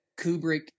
Kubrick